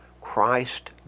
Christ